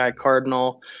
cardinal